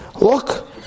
look